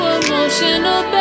emotional